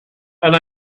and